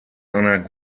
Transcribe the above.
einer